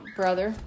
brother